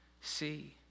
see